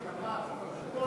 שכל